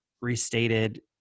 restated